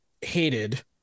hated